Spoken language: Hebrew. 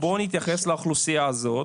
בוא נתייחס לאוכלוסייה הזאת.